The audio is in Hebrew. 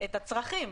את הצרכים?